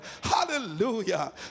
Hallelujah